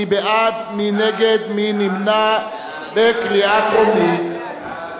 מי בעד, מי נגד, מי נמנע בקריאה טרומית?